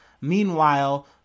Meanwhile